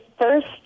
first